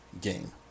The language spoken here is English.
game